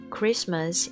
Christmas